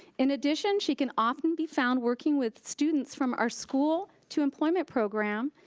in addition, she can often be found working with students from our school to employment program,